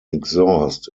exhaust